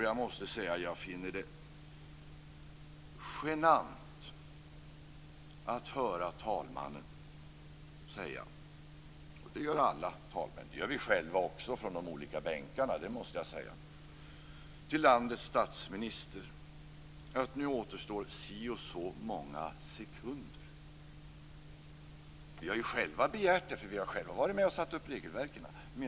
Jag måste säga att jag finner det genant att höra talmannen säga - det gör alla talmän, och också vi själva från de olika bänkarna - till landets statsminister att det återstår si och så många sekunder. Vi har ju själva begärt det, därför att vi har själva varit med och satt upp regelverken.